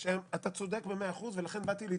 אתה צודק במאה אחוז, ולכן באתי לתמוך.